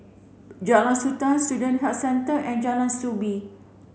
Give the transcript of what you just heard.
Jalan Sultan Student Health Centre and Jalan Soo Bee